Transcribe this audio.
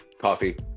Coffee